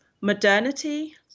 modernity